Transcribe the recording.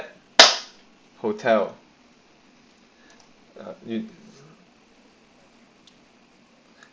hotel ah